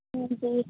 ਜੀ